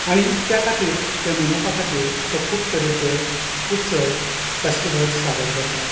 आनी त्या खातीर ते मनोवपा खातीर तो खूब तरेचे उत्सव फेस्टिवल्स सादर करता